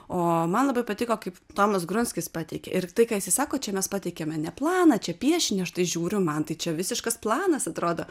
o man labai patiko kaip tomas grunskis pateikė ir tai ką jisai sako čia mes pateikiame ne planą čia piešinį aš tai žiūriu man tai čia visiškas planas atrodo